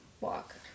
walk